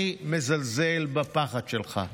אני מזלזל בפחד שלך.